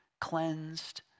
cleansed